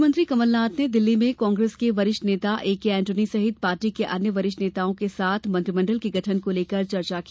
मुख्यमंत्री कमलनाथ ने दिल्ली में कांग्रेस के वरिष्ठ नेता ए के एंटोनी सहित पार्टी के अन्य वरिष्ठ नेताओं के साथ मंत्रिमंडल के गठन को लेकर चर्चा की